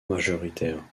majoritaire